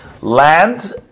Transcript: land